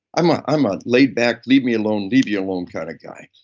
i'm ah i'm a laid-back, leave me alone leave you alone kind of guy.